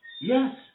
Yes